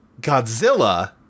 Godzilla